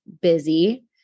busy